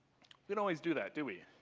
don't always do that, do we?